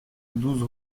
douze